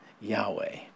Yahweh